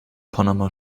panama